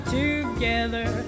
together